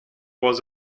was